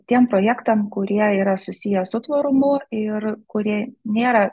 tiem projektam kurie yra susiję su tvarumu ir kurie nėra